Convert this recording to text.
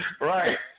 Right